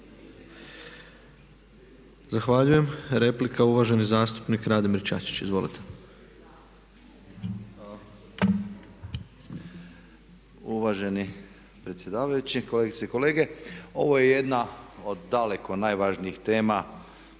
Zahvaljujem. Replika, uvaženi zastupnik Radimir Čačić, izvolite. **Čačić, Radimir (Reformisti)** Uvaženi predsjedavajući, kolegice i kolege ovo je jedna od daleko najvažnijih tema